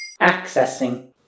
accessing